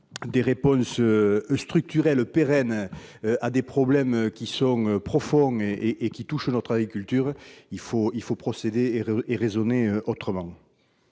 des réponses structurelles pérennes à des problèmes profonds qui touchent notre agriculture, il va falloir procéder et raisonner autrement